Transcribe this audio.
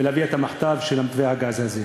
להביא את המחטף של מתווה הגז הזה.